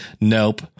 Nope